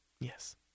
Yes